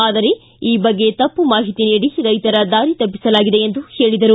ಆದರೆ ಈ ಬಗ್ಗೆ ತಪ್ಪು ಮಾಹಿತಿ ನೀಡಿ ರೈತರ ಹಾದಿ ತಪ್ಪಿಸಲಾಗಿದೆ ಎಂದು ಹೇಳಿದರು